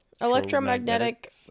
Electromagnetic